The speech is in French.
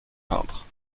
peintre